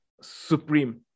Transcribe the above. supreme